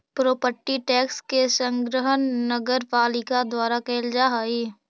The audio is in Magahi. प्रोपर्टी टैक्स के संग्रह नगरपालिका द्वारा कैल जा हई